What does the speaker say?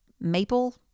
maple